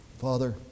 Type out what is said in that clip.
Father